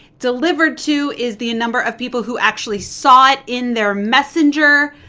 delivered to is the number of people who actually saw it in their messenger.